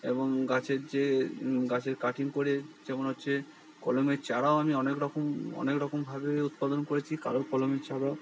এবং গাছের যে গাছের কাটিং করে যেমন হচ্ছে কলমের চারাও আমি অনেক রকম অনেক রকমভাবে উৎপাদন করেছি কারু কলমের চারা